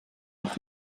auch